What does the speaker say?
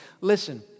Listen